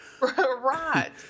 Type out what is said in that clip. Right